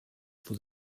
for